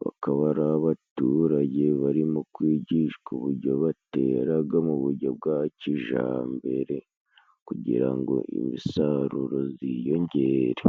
bakaba ari abaturage barimo kwigishwa uburyo bateraga mu buryo bwa kijambere kugira ngo imisaruro ziyongere.